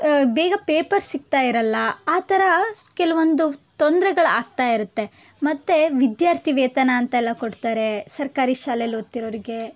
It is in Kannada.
ಬೇಗ ಪೇಪರ್ಸ್ ಸಿಗ್ತಾ ಇರೋಲ್ಲ ಆ ಥರ ಕೆಲವೊಂದು ತೊಂದ್ರೆಗಳು ಆಗ್ತಾ ಇರುತ್ತೆ ಮತ್ತು ವಿದ್ಯಾರ್ಥಿವೇತನ ಅಂತೆಲ್ಲ ಕೊಡ್ತಾರೆ ಸರ್ಕಾರಿ ಶಾಲೇಲಿ ಓದ್ತಿರೋರಿಗೆ